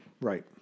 Right